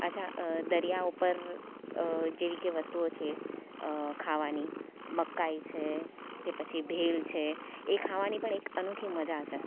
પાછા દરિયા ઉપર જેવી કે વસ્તુઓ છે ખાવાની મકાઈ છે કે પછી ભેળ છે એ ખાવાની પણ એક અનોખી મજા છે